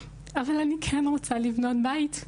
אבל אני כן רוצה לבנות בית,